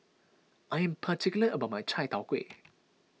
I am particular about my Chai Tow Kway